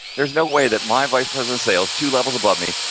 there's no way, that my vice president sales, two levels above me,